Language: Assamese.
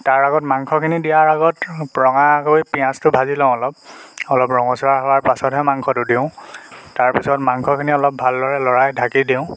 তাৰ আগত মাংসখিনি দিয়াৰ আগত ৰঙাকৈ পিঁয়াজটো ভাজি লওঁ অলপ অলপ ৰঙচুৱা হোৱাৰ পাছতহে মাংসটো দিওঁ তাৰপিছত মাংসখিনি অলপ ভালদৰে লৰাই ঢাকি দিওঁ